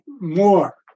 more